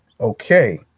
Okay